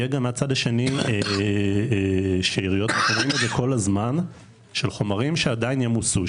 שיהיה מהצד השני שאריות של חומרים שעדיין ימוסו,